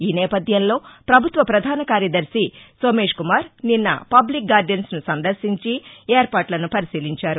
ఈనేపథ్యంలో ప్రభుత్వ ప్రధాన కార్యదర్శి సోమేశ్కుమార్ నిన్న పబ్లిక్గార్డెన్స్ను సందర్శించి ఏర్పాట్లను పరిశీలించారు